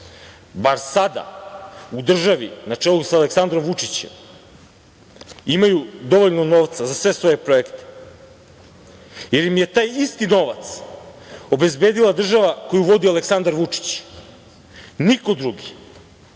sada u državi na čelu sa Aleksandrom Vučićem imaju dovoljno novca za sve svoje projekte, jer im je taj isti novac obezbedila država koju vodi Aleksandar Vučić, niko drugi,